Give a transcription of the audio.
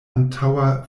antaŭa